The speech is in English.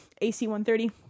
AC-130